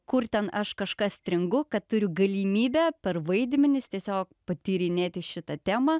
kur ten aš kažką stringu kad turiu galimybę per vaidmenis tiesiog patyrinėti šitą temą